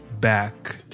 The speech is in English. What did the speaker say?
back